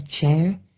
chair